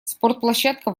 спортплощадка